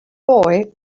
boy